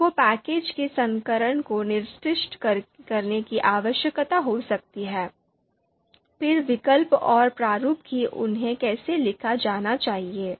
आपको पैकेज के संस्करण को निर्दिष्ट करने की आवश्यकता हो सकती है फिर विकल्प और प्रारूप कि उन्हें कैसे लिखा जाना चाहिए